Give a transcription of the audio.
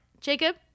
Jacob